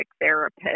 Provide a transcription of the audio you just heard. therapist